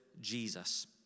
Jesus